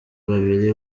babiri